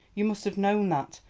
you must have known that,